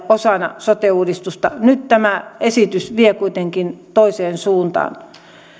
osana sote uudistusta nyt tämä esitys vie kuitenkin toiseen suuntaan